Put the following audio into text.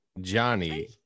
Johnny